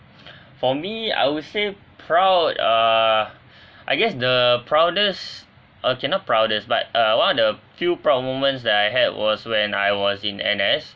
for me I would say proud err I guess the proudest okay not proudest but err one of the few proud moments that I had was when I was in N_S